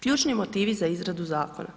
Ključni motivi za izradu zakona: